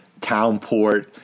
Townport